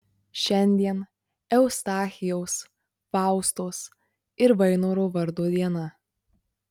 šiandien eustachijaus faustos ir vainoro vardo diena